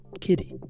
Kitty